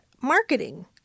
marketing